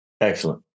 Excellent